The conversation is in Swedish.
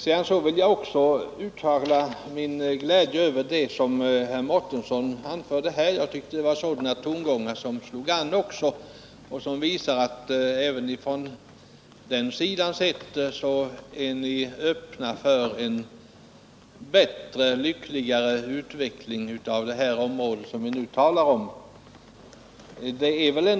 Sedan vill jag också uttala min glädje över vad herr Mårtensson anförde här. Jag tyckte det var tongångar som visar att även från den sidan sett är ni öppna för en bättre, lyckligare utveckling av det område som vi talar om.